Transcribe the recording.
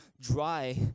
dry